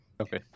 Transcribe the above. okay